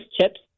chips